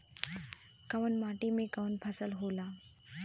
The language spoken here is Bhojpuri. कवन माटी में कवन फसल हो ला?